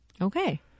Okay